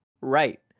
right